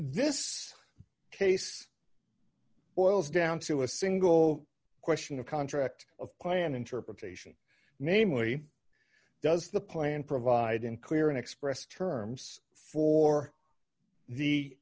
this case boils down to a single question of contract of clan interpretation namely does the plan provide in clear an expressed terms for the